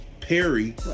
Perry